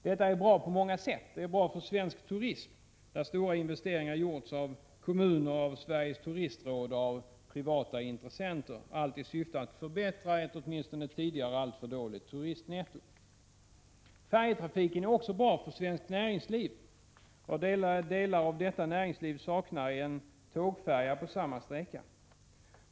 Detta är bra på många sätt. Det är bra för svensk turism, där stora investeringar gjorts av kommuner, av Sveriges turistråd och av privata intressenter — allt i syfte att förbättra ett, åtminstone tidigare, alltför dåligt turistnetto. Färjetrafiken är också bra för svenskt näringsliv. Vad delar av detta näringsliv saknar är en tågfärja på ifrågavarande sträcka.